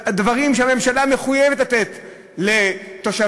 דברים שהממשלה מחויבת לתת לתושביה,